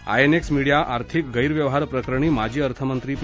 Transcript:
INX media आर्थिक गैरव्यवहार प्रकरणी माजी अर्थमंत्री पी